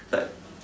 it's like